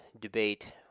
debate